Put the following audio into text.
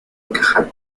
encajar